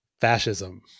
fascism